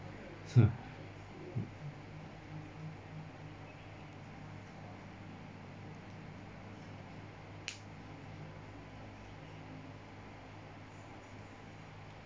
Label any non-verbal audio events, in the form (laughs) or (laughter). (laughs)